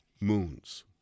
Moons